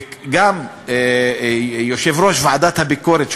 וגם יושב-ראש ועדת הביקורת,